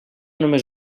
només